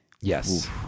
Yes